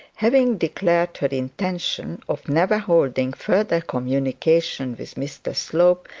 having declared her intention of never holding further communication with mr slope,